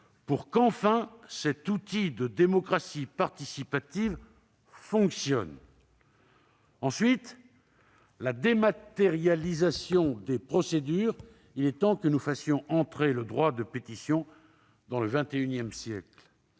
pour qu'enfin cet outil de démocratie participative fonctionne ; ensuite, la dématérialisation des procédures, car il est temps que nous fassions entrer le droit de pétition dans le XXI siècle